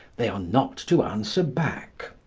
they are not to answer back.